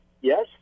yes